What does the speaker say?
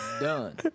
done